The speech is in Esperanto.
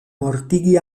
mortigi